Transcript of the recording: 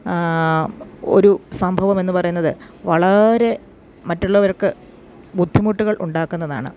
ഒരു സംഭവമെന്ന് പറയുന്നത് വളരെ മറ്റുള്ളവർക്ക് ബുദ്ധിമുട്ടുകളുണ്ടാക്കുന്നതാണ്